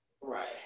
right